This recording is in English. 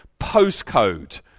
postcode